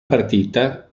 partita